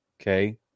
okay